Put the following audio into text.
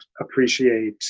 appreciate